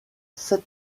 sept